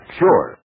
sure